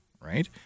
right